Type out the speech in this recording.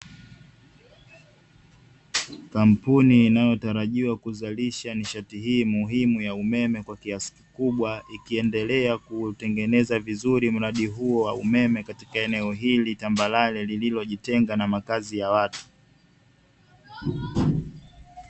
Kampuni inayotarajiwa kuzalisha nishati hii muhimu ya umeme kwa kiasi kikubwa ikiendelea kutengeneza vizuri mradi huu wa umeme katika eneo hili tambarare lililojitenga na makazi ya watu.